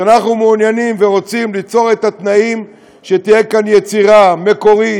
שאנחנו מעוניינים ורוצים ליצור את התנאים שתהיה כאן יצירה מקורית,